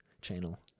channel